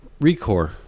Recore